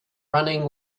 running